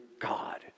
God